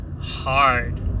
hard